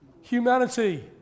Humanity